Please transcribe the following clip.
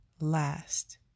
last